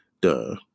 Duh